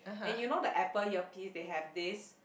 and you know the Apple earpiece they have this